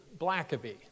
Blackaby